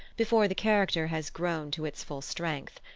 before the character has grown to its full strength.